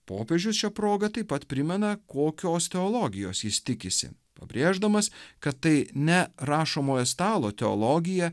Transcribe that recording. popiežius šia proga taip pat primena kokios teologijos jis tikisi pabrėždamas kad tai ne rašomojo stalo teologija